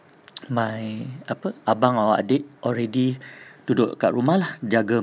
my apa abang or adik already duduk kat rumah lah jaga